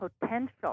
potential